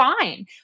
fine